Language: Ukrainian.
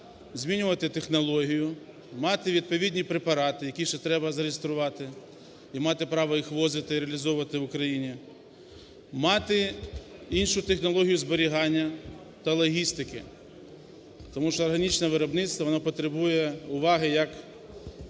змінювати технологію, мати відповідні препарати, які ще треба зареєструвати, і мати право їх ввозити і реалізовувати в Україні, мати іншу технологію зберігання та логістики. Тому що органічне виробництво, воно потребує уваги як